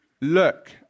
Look